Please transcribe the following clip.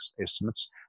estimates